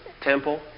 temple